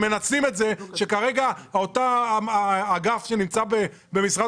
הם מנצלים את זה שכרגע אותו אגף שנמצא במשרד